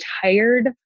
tired